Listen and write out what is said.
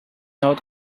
old